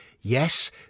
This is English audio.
Yes